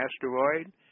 asteroid